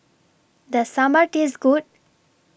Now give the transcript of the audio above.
Does Sambar Taste Good